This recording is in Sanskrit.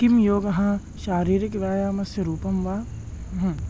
किं योगः शारीरिकव्यायामस्य रूपं वा